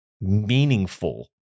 meaningful